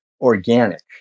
organic